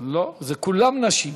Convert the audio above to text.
כולן נשים.